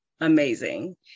amazing